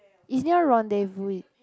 is near Rendezvous it